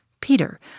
Peter